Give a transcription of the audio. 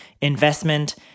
investment